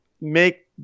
make